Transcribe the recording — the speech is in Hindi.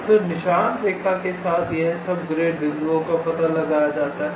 तो निशान रेखा के साथ यह सब ग्रिड बिंदुओं का पता लगाया जाता है